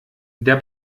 der